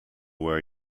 where